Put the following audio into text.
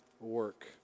work